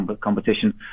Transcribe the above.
competition